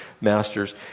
masters